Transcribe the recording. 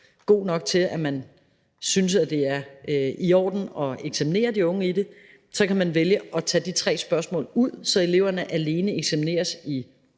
god nok til, at man synes, at det er i orden at eksaminere de unge i det, så kan man vælge at tage de tre spørgsmål ud, så eleverne alene kan